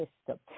system